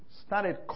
started